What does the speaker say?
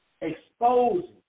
exposing